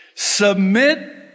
Submit